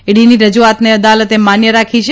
ઇડીની રજૂઆતને અદાલતે માન્ય રાખી છે